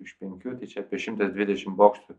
iš penkių čia apie šimtas dvidešimt bokštų